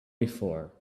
before